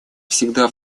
всегда